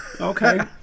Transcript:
Okay